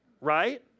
right